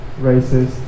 racist